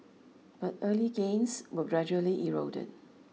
but early gains were gradually eroded